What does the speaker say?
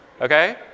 okay